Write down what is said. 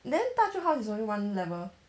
then 大舅 house is only one level